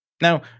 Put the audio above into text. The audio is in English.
Now